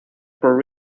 por